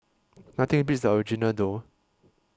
nothing beats the original though